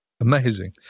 amazing